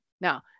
Now